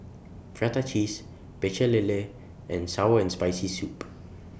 Prata Cheese Pecel Lele and Sour and Spicy Soup